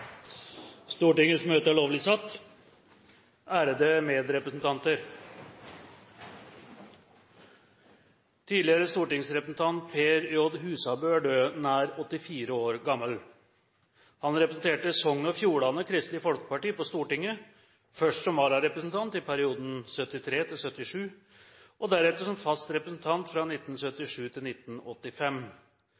Ærede medrepresentanter! Tidligere stortingsrepresentant Per J. Husabø er død, nær 84 år gammel. Han representerte Sogn og Fjordane Kristelig Folkeparti på Stortinget – først som vararepresentant i perioden 1973–1977 og deretter som fast representant fra